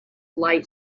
light